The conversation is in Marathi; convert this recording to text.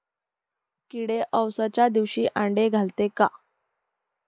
किडे अवसच्या दिवशी आंडे घालते का?